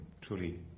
truly